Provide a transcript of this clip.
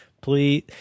please